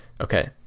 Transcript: okay